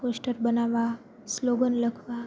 poster બનાવવાં slogan લખવાં